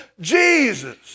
Jesus